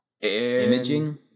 Imaging